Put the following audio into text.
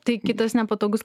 tai kitas nepatogus